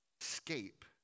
escape